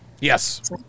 Yes